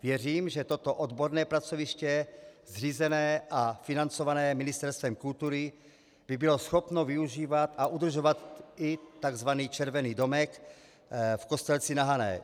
Věřím, že toto odborné pracoviště, zřízené a financované Ministerstvem kultury, by bylo schopno využívat a udržovat i takzvaný Červený domek v Kostelci na Hané.